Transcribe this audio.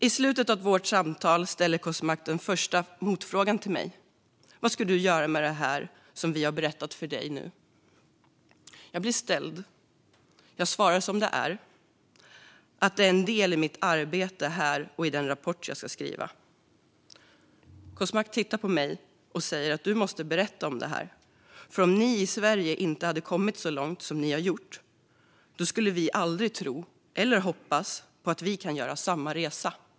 I slutet av vårt samtal ställer Kosmak den första motfrågan till mig: Vad ska du göra med det som vi har berättat för dig nu? Jag blir ställd, och jag svarar som det är - att det är en del i mitt arbete här och i den rapport jag ska skriva. Kosmak tittar på mig och säger: Du måste berätta om det här! För om ni i Sverige inte hade kommit så långt som ni har gjort skulle vi aldrig kunna tro eller hoppas på att vi kan göra samma resa.